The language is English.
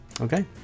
okay